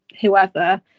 whoever